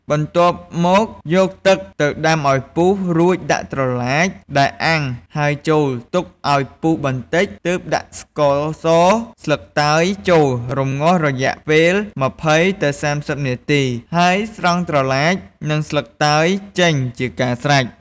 បន្ទាប់មកយកទឹកទៅដាំឱ្យពុះ រួចដាក់ត្រឡាចដែលអាំងហើយចូលទុកឱ្យពុះបន្តិច ទើបដាក់ ស្ករស ស្លឹកតើយចូល រំងាស់រយៈពេល ២០ ទៅ ៣០នាទី ហើយស្រង់ត្រឡាច និងស្លឹកតើយចេញជាការស្រេច។